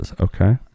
Okay